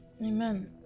Amen